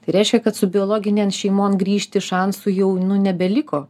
tai reiškia kad su biologinėm šeimom grįžti šansų jau nu nebeliko